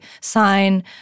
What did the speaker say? sign